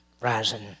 rising